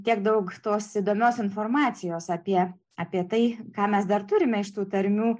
tiek daug tos įdomios informacijos apie apie tai ką mes dar turime iš tų tarmių